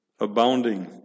abounding